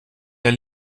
der